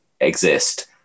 exist